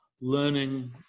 learning